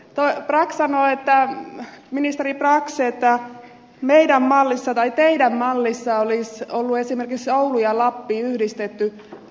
ministeri brax sanoi että meidän mallissamme olisi ollut esimerkiksi oulu ja lappi yhdistettyinä